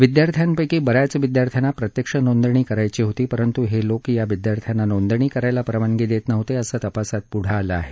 विद्यार्थ्यापैकी बऱ्याच विद्यार्थ्यांना प्रत्यक्ष नोंदणी करायची होती परंतु हे लोक या विद्यार्थ्यांना नोंदणी करायला परवानगी देत नव्हते असं तपासात पुढं आलं आहे